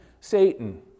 Satan